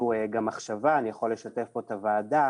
אני יכול לשתף את הוועדה,